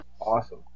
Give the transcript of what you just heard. Awesome